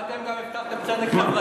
פעם גם אתם הבטחתם צדק חברתי.